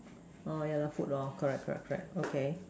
oh yeah lah food correct correct correct okay